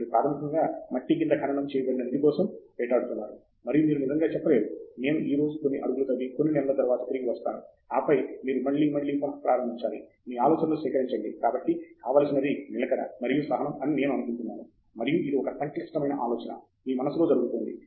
మీరు ప్రాథమికంగా మట్టి కింద ఖననం చేయబడిన నిధి కోసం వేటాడుతున్నారు మరియు మీరు నిజంగా చెప్పలేరు నేను ఈ రోజు కొన్ని అడుగులు త్రవ్వి కొన్ని నెలల తరువాత తిరిగి వస్తాను ఆపై మీరు మళ్లీ మళ్లీ పునః ప్రారంభించాలి మీ ఆలోచనలను సేకరించండి కాబట్టి కావలసినది నిలకడ మరియు సహనం అని నేను అనుకుంటున్నాను మరియు ఇది ఒక సంక్లిష్టమైన ఆలోచన మీ మనస్సులో జరుగుతోంది